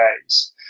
days